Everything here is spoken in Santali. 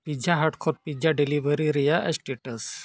ᱦᱟᱴ ᱠᱷᱚᱱ ᱨᱮᱭᱟᱜ